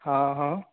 हाँ हाँ